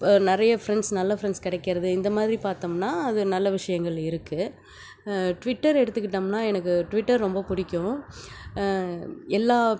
இப்போ நிறைய ஃப்ரெண்ட்ஸ் நல்ல ஃப்ரெண்ட்ஸ் கிடைக்கிறது இந்த மாதிரி பார்த்தோம்னா அதில் நல்ல விஷயங்கள் இருக்கு ட்விட்டர் எடுத்துக்கிட்டோம்னா எனக்கு ட்விட்டர் ரொம்ப பிடிக்கும் எல்லா